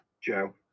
Joe